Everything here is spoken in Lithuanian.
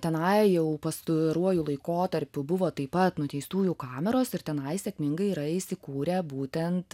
tenai jau pasturuoju laikotarpiu buvo taip pat nuteistųjų kameros ir tenai sėkmingai yra įsikūrę būtent